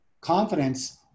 confidence